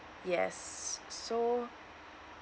yes so